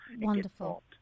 Wonderful